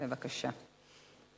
בבקשה.